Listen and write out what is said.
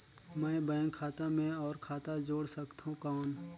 मैं बैंक खाता मे और खाता जोड़ सकथव कौन?